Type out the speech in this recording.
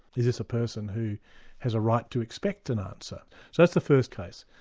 is this a person who has a right to expect an answer? so that's the first case.